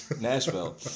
Nashville